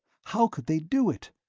how could they do it?